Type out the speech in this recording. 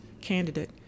candidate